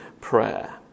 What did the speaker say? prayer